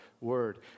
word